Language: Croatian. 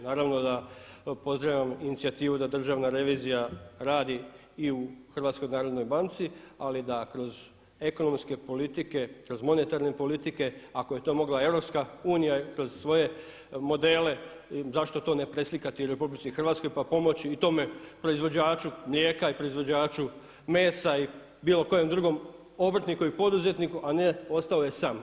Naravno da pozdravljam inicijativu da Državna revizija radi i u HNB-u ali da kroz ekonomske politike, kroz monetarne politike ako je to mogla EU kroz svoje modele zašto to ne preslikati u RH pa pomoći i tome proizvođaču mlijeka i proizvođaču mesa ili bilo kojem drugom obrtniku i poduzetniku, a ne ostao je sam.